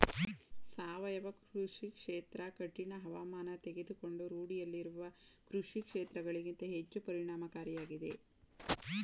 ಸಾವಯವ ಕೃಷಿ ಕ್ಷೇತ್ರ ಕಠಿಣ ಹವಾಮಾನ ತಡೆದುಕೊಂಡು ರೂಢಿಯಲ್ಲಿರುವ ಕೃಷಿಕ್ಷೇತ್ರಗಳಿಗಿಂತ ಹೆಚ್ಚು ಪರಿಣಾಮಕಾರಿಯಾಗಿದೆ